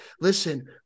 Listen